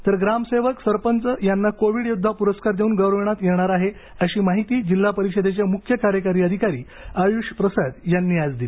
तर ग्रामसेवक सरपंच यांना कोविड योद्धा पुरस्कार देऊन गौरविण्यात येणार आहे अशी माहिती जिल्हा परिषदेचे मुख्य कार्यकारी अधिकारी आयुष प्रसाद यांनी आज दिली